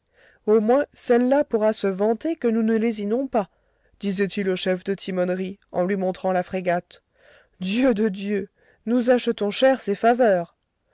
au moins celle-là pourra se vanter que nous ne lésinons pas disait-il au chef de timonerie en lui montrant la frégate dieu de dieu nous achetons cher ses faveurs